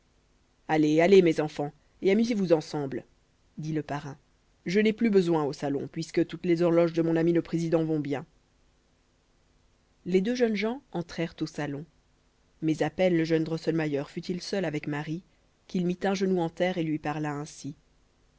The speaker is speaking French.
allez allez mes enfants et amusez-vous ensemble dit le parrain je n'ai plus besoin au salon puisque toutes les horloges de mon ami le président vont bien les deux jeunes gens entrèrent au salon mais à peine le jeune drosselmayer fut-il seul avec marie qu'il mit un genou en terre et lui parla ainsi